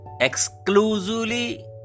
exclusively